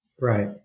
Right